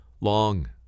long